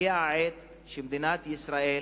הגיעה העת שמדינת ישראל,